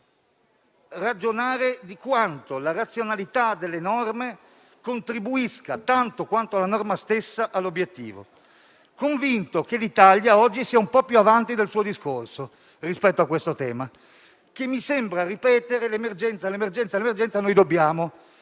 a ragionare su quanto la razionalità delle norme contribuisca all'obiettivo (tanto quanto la norma stessa), convinto che l'Italia oggi sia un po' più avanti del suo discorso rispetto a questo tema, che mi sembra ripetere «l'emergenza, l'emergenza, l'emergenza; noi dobbiamo».